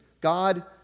God